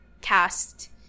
cast